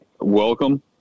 Welcome